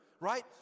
right